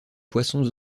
poissons